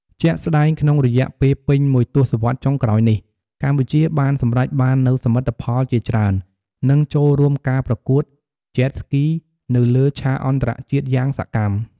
ជាក់ស្តែងក្នុងរយៈពេលពេញមួយទសវត្សរ៍ចុងក្រោយនេះ កម្ពុជាបានសម្រេចបាននូវសមិទ្ធផលជាច្រើន និងចូលរួមការប្រកួត Jet Ski នៅលើឆាកអន្តរជាតិយ៉ាងសកម្ម។